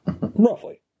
roughly